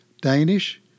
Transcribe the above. Danish